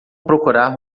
procurar